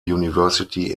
university